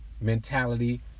mentality